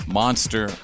monster